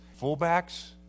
fullbacks